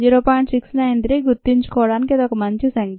693 గుర్తుంచుకోవడానికి ఇది ఒక మంచి సంఖ్య